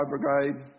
brigade